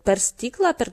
per stiklą per